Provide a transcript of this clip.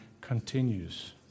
continues